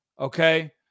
okay